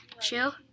Chill